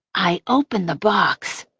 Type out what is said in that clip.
i opened the box.